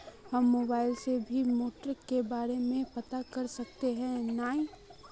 हम मोबाईल से भी मार्केट के बारे में पता कर सके है नय?